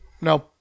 No